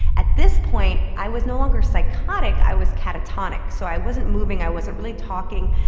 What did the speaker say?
at this point i was no longer psychotic, i was catatonic, so i wasn't moving, i wasn't really talking,